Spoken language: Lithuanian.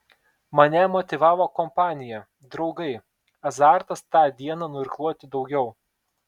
mane motyvavo kompanija draugai azartas tą dieną nuirkluoti daugiau